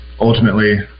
Ultimately